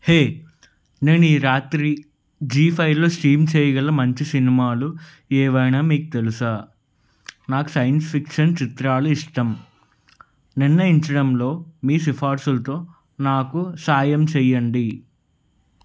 హే నేను ఈ రాత్రి జీ ఫైవ్లో స్ట్రీమ్ చేయగల మంచి సినిమాలు ఏవైనా మీక్ తెలుసా నాకు సైన్స్ ఫిక్షన్ చిత్రాలు ఇష్టం నిర్ణయించడంలో మీ సిఫార్సులతో నాకు సాయం చెయ్యండి